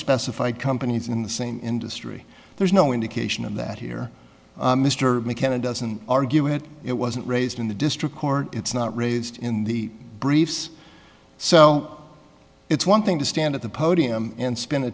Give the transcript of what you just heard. specified companies in the same industry there's no indication of that here mr mckenna doesn't argue it it wasn't raised in the district court it's not raised in the briefs so it's one thing to stand at the podium and sp